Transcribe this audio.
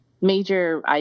major